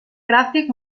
gràfic